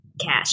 cash